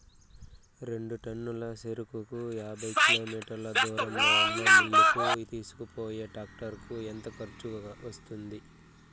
రెండు టన్నుల చెరుకును యాభై కిలోమీటర్ల దూరంలో ఉన్న మిల్లు కు తీసుకొనిపోయేకి టాక్టర్ కు ఎంత ఖర్చు వస్తుంది?